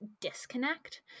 disconnect